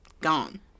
gone